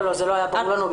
לא, זה לא היה ברור לנו בכלל.